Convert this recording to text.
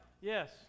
yes